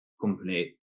company